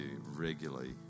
regularly